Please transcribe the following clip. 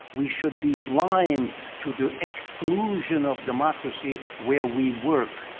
we should be blind to the exclusion of democracy where we work.